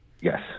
Yes